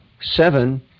seven